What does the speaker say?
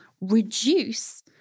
reduce